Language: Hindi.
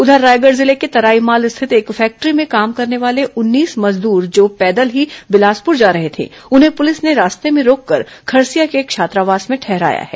उधर रायगढ़ जिले के तराईमाल स्थित एक फैक्ट्री में काम करने वाले उन्नीस मजदूर जो पैदल ही बिलासपुर जा रहे थे उन्हें पुलिस ने रास्ते में रोककर खरसिया के छात्रावास में ठहराया है